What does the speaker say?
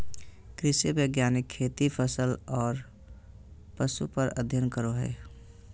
कृषि वैज्ञानिक खेती, फसल आरो पशु पर अध्ययन करो हइ